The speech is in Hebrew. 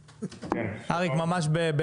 נשאר לנו שבע דקות לדיון.